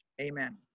Amen